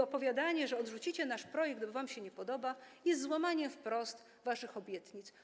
Opowiadanie, że odrzucicie nasz projekt, bo wam się nie podoba, jest złamaniem wprost waszych obietnic.